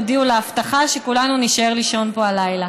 תודיעו לאבטחה שכולנו נישאר לישון פה הלילה,